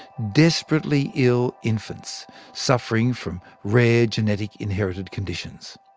desperately ill infants suffering from rare genetic inherited conditions.